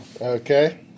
okay